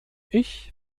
ich